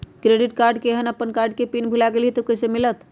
Credit card केहन अपन card के पिन भुला गेलि ह त उ कईसे मिलत?